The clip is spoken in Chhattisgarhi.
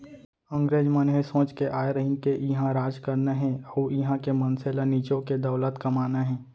अंगरेज मन ए सोच के आय रहिन के इहॉं राज करना हे अउ इहॉं के मनसे ल निचो के दौलत कमाना हे